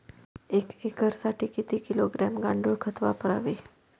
एक एकरसाठी किती किलोग्रॅम गांडूळ खत वापरावे?